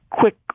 quick